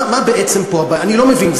מה בעצם פה הבעיה, אני לא מבין.